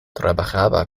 trabajaba